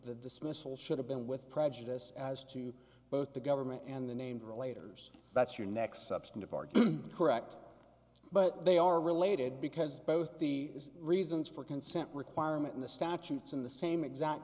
dismissal should have been with prejudice as to both the government and the named related that's your next substantive argue correct but they are related because both the reasons for consent requirement in the statutes and the same exact